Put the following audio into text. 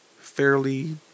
fairly